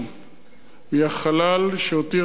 מהחלל שהותיר אחריו גנדי.